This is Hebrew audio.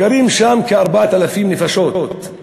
גרים שם כ-4,000 נפשות,